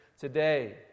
today